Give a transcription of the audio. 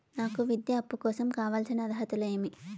నాకు విద్యా అప్పు కోసం కావాల్సిన అర్హతలు ఏమి?